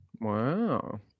Wow